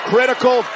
Critical